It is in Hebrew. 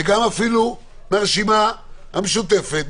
ואפילו מהרשימה המשותפת,